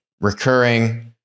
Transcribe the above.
recurring